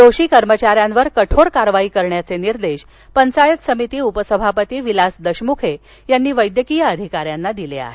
दोषी कर्मचाऱ्यांवर कठोर कारवाई करण्याचे निर्देश पंचायत समिती उपसभापती विलास दशमुखे यांनी वैद्यकीय अधिकाऱ्यांना दिले आहेत